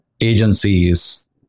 agencies